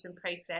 process